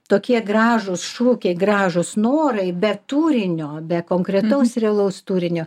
tokie gražūs šūkiai gražūs norai be turinio be konkretaus realaus turinio